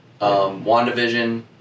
wandavision